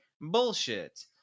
bullshit